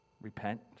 Repent